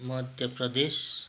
Madhya Pradesh